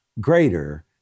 greater